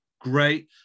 great